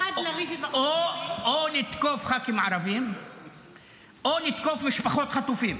או לתקוף ח"כים ערבים או לתקוף משפחות חטופים.